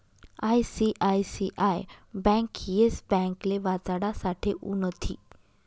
ICICI bank Yes ब्यांकले वाचाडासाठे उनथी